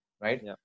right